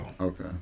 Okay